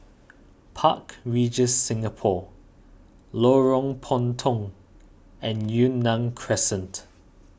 Park Regis Singapore Lorong Puntong and Yunnan Crescent